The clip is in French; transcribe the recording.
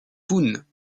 pune